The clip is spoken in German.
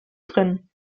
drin